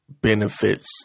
benefits